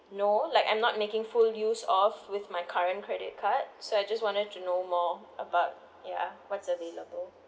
know like I'm not making full use of with my current credit card so I just wanted to know more about ya what's available